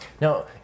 Now